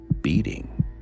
beating